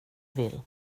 vill